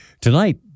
Tonight